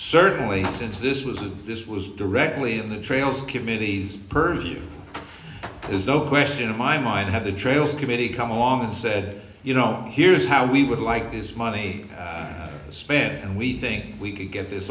certainly since this was a this was directly in the trail committee's purview there's no question in my mind have the trail committee come along and said you know here's how we would like this money spent and we think we can get this